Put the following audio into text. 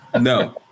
No